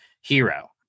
hero